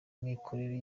mikorere